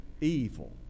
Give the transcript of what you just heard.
evil